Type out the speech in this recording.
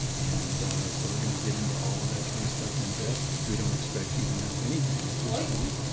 and so we're going to get into all of that kind of stuff in depth. we don't expect you to know anything at this point.